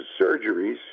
surgeries